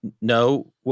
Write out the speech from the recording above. No